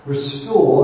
Restore